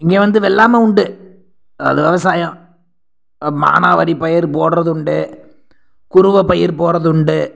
இங்கே வந்து வெள்ளாமை உண்டு விவசாயம் மானாவரிப் பயிர் போடுறதுண்டு குறுவைப் பயிர் போடுறதுண்டு